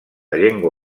llengua